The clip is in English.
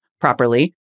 properly